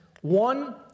one